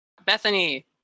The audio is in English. Bethany